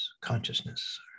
consciousness